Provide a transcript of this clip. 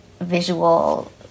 visual